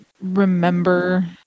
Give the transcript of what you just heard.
remember